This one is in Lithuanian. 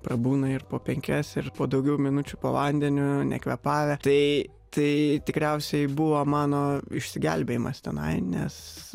prabūna ir po penkias ir po daugiau minučių po vandeniu nekvėpavę tai tai tikriausiai buvo mano išsigelbėjimas tenai nes